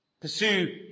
pursue